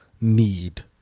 need